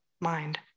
mind